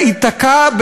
הם לא צריכים,